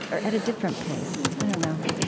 or at a different pace? i don't know